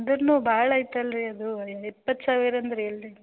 ಅಂದ್ರೂನು ಭಾಳ ಆಯ್ತು ಅಲ್ಲರಿ ಅದು ಅಯ ಇಪ್ಪತ್ತು ಸಾವಿರ ಅಂದರೆ ಎಲ್ಲಿ